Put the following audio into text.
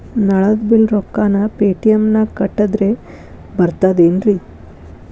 ನಳದ್ ಬಿಲ್ ರೊಕ್ಕನಾ ಪೇಟಿಎಂ ನಾಗ ಕಟ್ಟದ್ರೆ ಬರ್ತಾದೇನ್ರಿ?